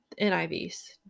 NIVs